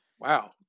Wow